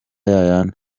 yayandi